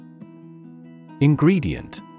Ingredient